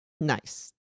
Nice